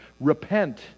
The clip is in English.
Repent